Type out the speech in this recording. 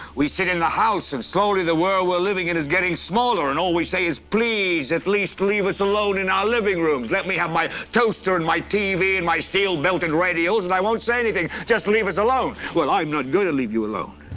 we sit in the house and slowly the world we're living in is getting smaller. and all we say is, please, at least leave us alone in our living rooms. let me have my toaster and my tv, my steel-belted radials and i won't say anything. just leave us alone. well i'm not gonna leave you alone.